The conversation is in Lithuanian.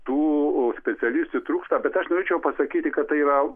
tų specialistų trūksta bet aš norėčiau pasakyti kad tai yra